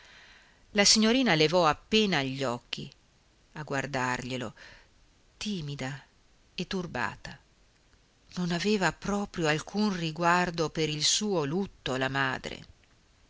la signorina levò appena gli occhi a guardarglielo timida e turbata non aveva proprio alcun riguardo per il suo lutto la madre